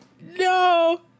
No